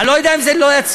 אני לא יודע אם זה לא יצליח.